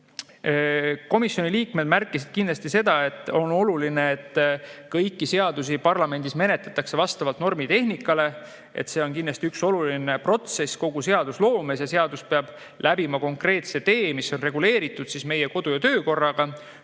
Komisjoni liikmed märkisid seda: on oluline, et kõiki seadusi parlamendis menetletaks vastavalt normitehnikale. See on kindlasti üks oluline protsess kogu seadusloomes ja seadus peab läbima konkreetse tee, mis on reguleeritud meie kodu‑ ja töökorraga.